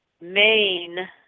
main